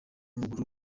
w’amaguru